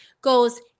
goes